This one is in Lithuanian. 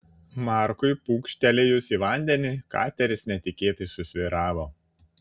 markui pūkštelėjus į vandenį kateris netikėtai susvyravo